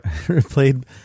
played